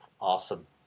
Awesome